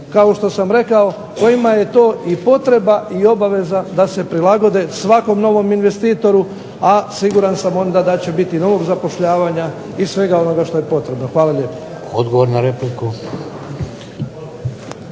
kao što sam rekao kojima je to i potreba i obaveza da se prilagode svakom novom investitoru, a siguran sam onda da će biti novog zapošljavanja i svega onoga što je potrebno. Hvala lijepo. **Šeks,